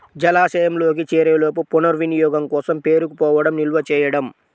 జలాశయంలోకి చేరేలోపు పునర్వినియోగం కోసం పేరుకుపోవడం నిల్వ చేయడం